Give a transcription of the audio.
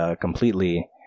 completely